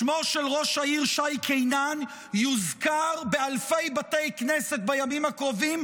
שמו של ראש העיר שי קינן יוזכר באלפי בתי כנסת בימים הקרובים,